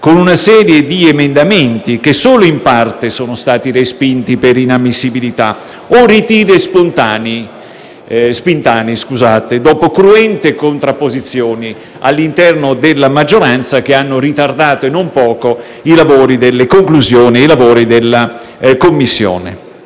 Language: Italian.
con una serie di emendamenti, che solo in parte sono stati respinti per inammissibilità o ritiri spontanei dopo cruente contrapposizioni all'interno della maggioranza che hanno ritardato non poco la conclusione dei lavori delle Commissioni